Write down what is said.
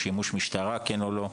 שימוש משטרה כן או לא,